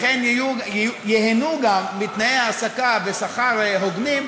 אכן ייהנו גם מתנאי העסקה ושכר הוגנים,